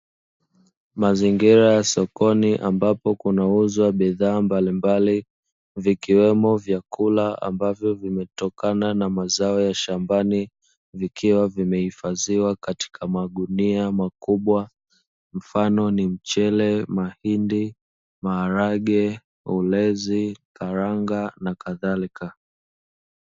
Mazingira ya sokoni ambapo kunauzwa bidhaa mbalimbali, ikiwemo vyakula ambavyo vimetokana na mazao ya shambani, vikiwa vimehifadhiwa katika magunia makubwa mfano ni: mchele, mahindi, maharage, ulezi, karanga na nakadhalika.